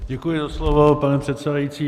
Děkuji za slovo, pane předsedající.